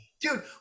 Dude